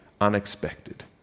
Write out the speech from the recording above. unexpected